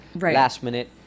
last-minute